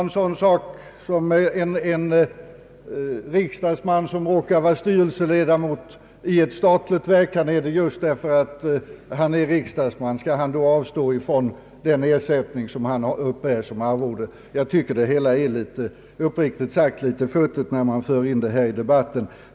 En riksdagsman som råkar vara styrelseledamot i ett statligt verk är det kanske just därför att han är riksdagsman. Skall han då avstå från den ersättning han uppbör som styrelseledamot? Uppriktigt sagt anser jag det vara litet futtigt att föra in sådant resonemang i debatten.